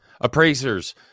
appraisers